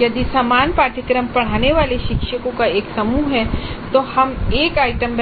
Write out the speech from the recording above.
यदि समान पाठ्यक्रम पढ़ाने वाले शिक्षकों का एक समूह है तो हम एक आइटम